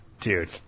Dude